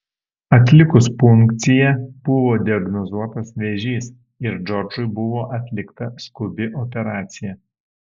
atlikus punkciją buvo diagnozuotas vėžys ir džordžui buvo atlikta skubi operacija